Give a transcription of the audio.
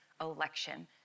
election